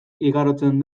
igarotzen